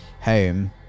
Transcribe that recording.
Home